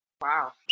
Wow